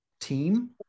team